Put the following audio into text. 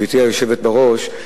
גברתי היושבת בראש,